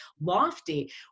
lofty